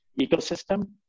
ecosystem